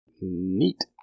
Neat